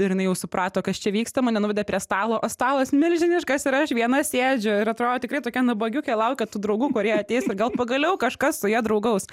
ir jinai jau suprato kas čia vyksta mane nuvedė prie stalo o stalas milžiniškas ir aš viena sėdžiu ir atrodo tikrai tokia nabagiukė laukia tų draugų kurie ateis ir gal pagaliau kažkas su ja draugaus